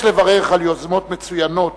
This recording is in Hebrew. יש לברך על יוזמות מצוינות,